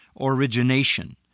origination